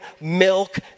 milk